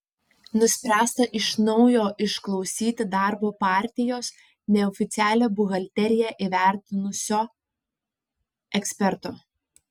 nuspręsta iš naujo išklausyti darbo partijos neoficialią buhalteriją įvertinusio eksperto